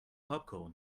popcorn